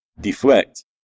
deflect